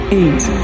eight